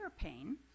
pain